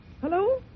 Hello